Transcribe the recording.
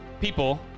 people